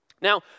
Now